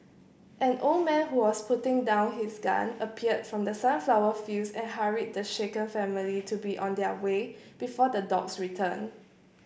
an old man who was putting down his gun appeared from the sunflower fields and hurried the shaken family to be on their way before the dogs return